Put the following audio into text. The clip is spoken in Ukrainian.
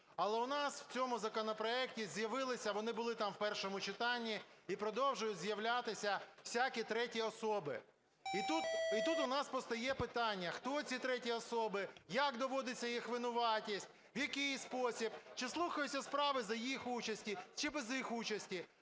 Але у нас в цьому законопроекті з'явилися, вони були там в першому читанні і продовжують з'являтися, всякі треті особи. І тут у нас постає питання: хто ці треті особи, як доводиться їх винуватість, в який спосіб, чи слухаються справи за їх участі, чи без їх участі?